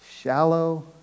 Shallow